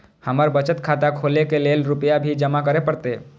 हमर बचत खाता खोले के लेल रूपया भी जमा करे परते?